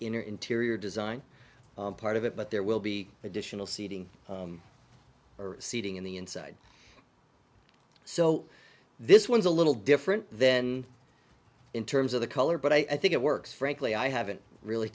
inner interior design part of it but there will be additional seating or seating in the inside so this one's a little different then in terms of the color but i think it works frankly i haven't really